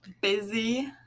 busy